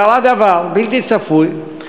קרה דבר בלתי צפוי,